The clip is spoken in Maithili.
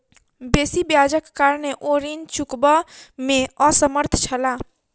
बेसी ब्याजक कारणेँ ओ ऋण चुकबअ में असमर्थ छला